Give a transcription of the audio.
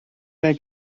neu